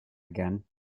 again